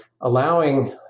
allowing